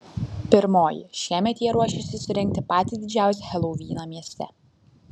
pirmoji šiemet jie ruošiasi surengti patį didžiausią helovyną mieste